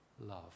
Love